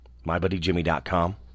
MyBuddyJimmy.com